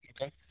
Okay